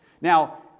Now